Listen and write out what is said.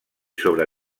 sobre